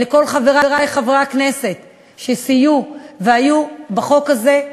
לכל חברי חברי הכנסת שסייעו בחוק הזה,